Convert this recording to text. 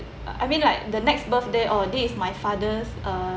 I mean like the next birthday orh this is my father's uh